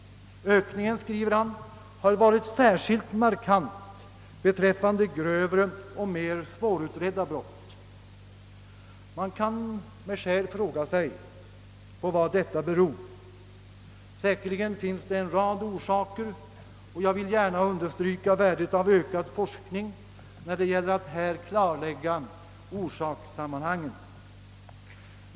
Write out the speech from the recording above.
Ökningen, skriver han, har varit särskilt markant beträffande grövre och mer svårutredda brott. Man kan med skäl fråga sig vad detta beror på. Säkerligen finns det en rad orsaker. Och jag vill gärna understryka värdet av ökad forskning när det gäller att här klarlägga orsakssammanhangen.